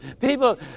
People